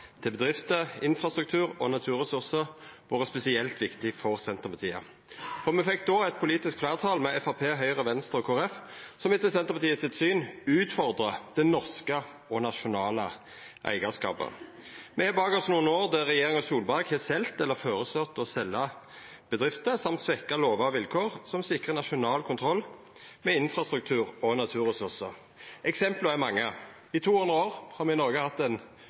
til bedrifter, infrastruktur og naturresursar vore spesielt viktig for Senterpartiet, for me fekk då eit politisk fleirtal, med Framstegspartiet, Høgre, Venstre og Kristeleg Folkeparti, som etter Senterpartiets syn utfordrar det norske og nasjonale eigarskapet. Me har bak oss nokre år der regjeringa Solberg har selt eller føreslått å selja bedrifter og svekkja lovar og vilkår som sikrar nasjonal kontroll med infrastruktur og naturresursar. Eksempla er mange: I 200 år har me i Noreg hatt ein